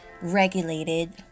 regulated